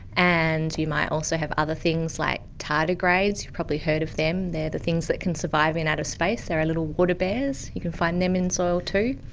and you might also have other things like tardigrades, you've probably heard of them, they are the things that can survive in outer space, they are little water bears, you can find them in soil too.